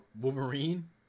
Wolverine